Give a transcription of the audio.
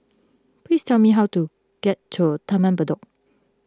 please tell me how to get to Taman Bedok